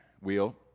wheel